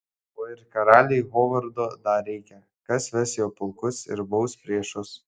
o ir karaliui hovardo dar reikia kas ves jo pulkus ir baus priešus